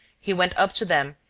he went up to them,